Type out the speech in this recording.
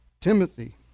Timothy